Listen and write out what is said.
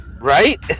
Right